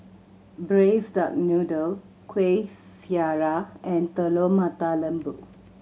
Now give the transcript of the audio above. Braised Duck Noodle Kueh Syara and Telur Mata Lembu